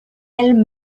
elle